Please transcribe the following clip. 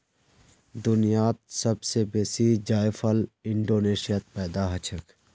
दुनियात सब स बेसी जायफल इंडोनेशियात पैदा हछेक